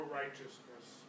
righteousness